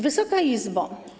Wysoka Izbo!